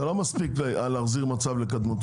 זה לא מספיק להחזיר את המצב לקדמותו.